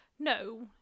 No